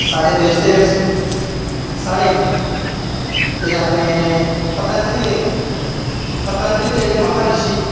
साढ़े देश दे बिच्च साढ़े एह् अपने पंताजली दे पतांजली दे जेह्ड़े महारिशि